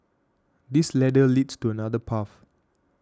this ladder leads to another path